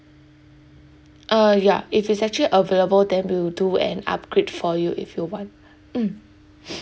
uh ya if it's actual available then we'll do an upgrade for you if you want mm